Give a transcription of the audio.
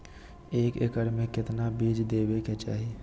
एक एकड़ मे केतना बीज देवे के चाहि?